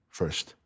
first